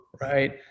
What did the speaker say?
right